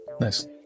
Nice